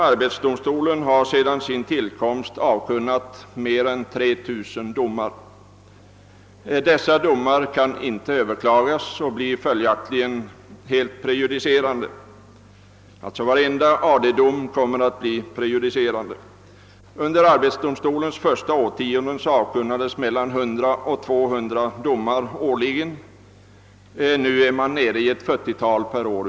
Arbetsdomstolen har sedan sin tillkomst avkunnat mer än 3000 domar. Dessa domar kan inte överklagas och blir följaktligen helt prejudicerande. Under arbetsdomstolens första årtionden avkunnades mellan 100 och 200 domar årligen, men nu är de nere i ett 40-tal per år.